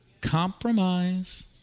Compromise